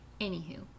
Anywho